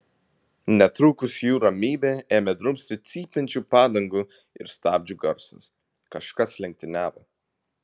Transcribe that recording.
netrukus jų ramybę ėmė drumsti cypiančių padangų ir stabdžių garsas kažkas lenktyniavo